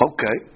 Okay